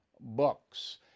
Books